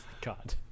god